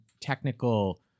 technical